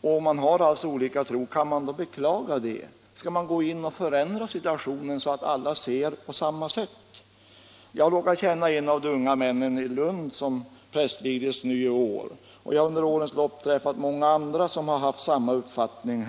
och om människor alltså har olika tro, skall man då beklaga det? Skall man gå in och förändra situationen så att alla ser på dessa frågor på samma sätt? Jag råkar känna en av de unga män i Lund som prästvigdes i år, och under årens lopp har jag träffat många andra som har haft samma uppfattning.